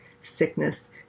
sickness